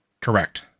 Correct